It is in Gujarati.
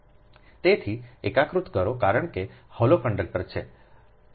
તેથી એકીકૃત કરો કારણ કે તે હોલો કંડક્ટર છે